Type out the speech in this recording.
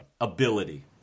ability